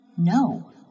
No